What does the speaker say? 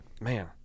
Man